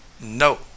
no